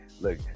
look